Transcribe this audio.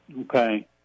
Okay